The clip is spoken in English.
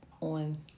on